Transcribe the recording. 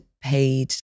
paid